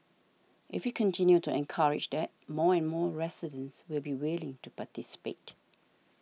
if we continue to encourage that more and more residents will be willing to participate